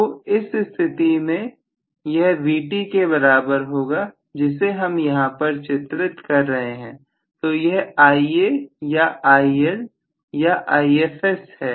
तो इस स्थिति में यह Vt के बराबर होगा जिसे हम यहां पर चित्रित कर रहे हैं तो यह Ia या IL या Ifs है